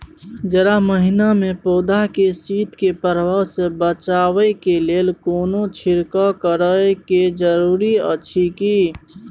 जारा महिना मे पौधा के शीत के प्रभाव सॅ बचाबय के लेल कोनो छिरकाव करय के जरूरी अछि की?